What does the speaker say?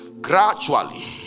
gradually